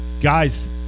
guys